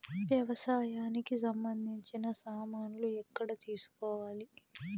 వ్యవసాయానికి సంబంధించిన సామాన్లు ఎక్కడ తీసుకోవాలి?